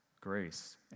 grace